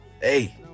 Hey